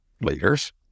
leaders